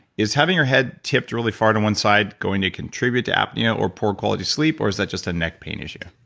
is having your head tipped really far to one side going to contribute to apnea or poor quality of sleep or is that just a neck pain issue?